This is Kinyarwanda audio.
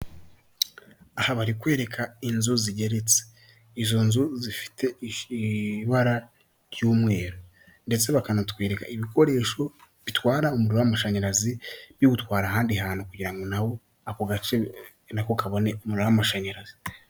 Aha barikwereka inzu zigeretse izo nzu zifite ibara ry'umweru ndetse bakanatwireka ibikoresho bitwara umuriro w'amashanyarazi biwutwara ahandi hantu kugira ngo nawo ako gace nako kabone umuriro w'amashanyarazi.